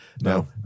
no